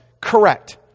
Correct